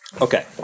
okay